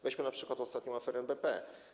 Weźmy na przykład ostatnią aferę NBP.